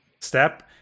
step